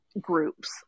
groups